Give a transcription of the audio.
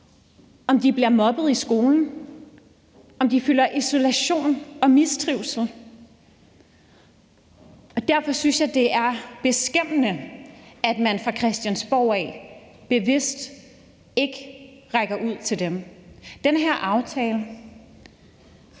om de bliver mobbet i skolen, og om de føler sig isoleret og mistrives. Derfor synes jeg, det er beskæmmende, at man fra Christiansborgs side bevidst ikke rækker ud til dem. Den her aftale